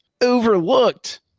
overlooked